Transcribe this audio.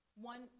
One